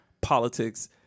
politics